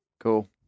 Cool